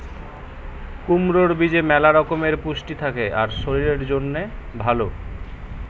কুমড়োর বীজে ম্যালা রকমের পুষ্টি থাকে আর শরীরের জন্যে ভালো